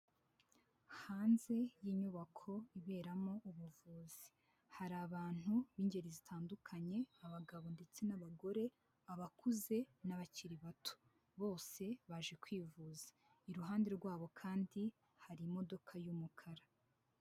Hanze y'inyubako iberamo ubuvuzi hari abantu b'ingeri zitandukanye abagabo ndetse n'abagore abakuze n'abakiri bato bose baje kwivuza iruhande rwabo kandi hari imodoka y'umukara.